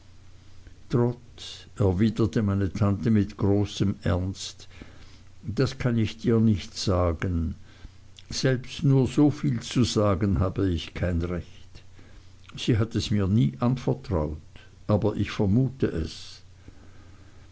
trot erwiderte meine tante mit großem ernst das kann ich dir nicht sagen selbst nur soviel zu sagen habe ich kein recht sie hat es mir nie anvertraut aber ich vermute es